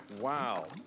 Wow